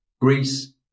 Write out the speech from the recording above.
Greece